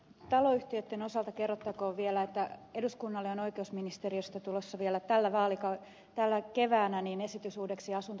taloyhtiöitten osalta kerrottakoon vielä että eduskunnalle on oikeusministeriöstä tulossa vielä tänä keväänä esitys uudeksi asunto osakeyhtiölaiksi